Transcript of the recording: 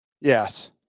Yes